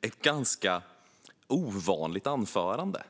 ett ganska ovanligt anförande.